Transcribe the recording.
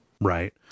right